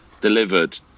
delivered